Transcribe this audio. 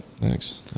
Thanks